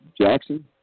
Jackson